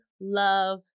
love